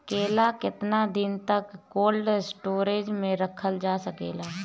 केला केतना दिन तक कोल्ड स्टोरेज में रखल जा सकेला?